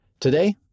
Today